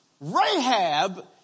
Rahab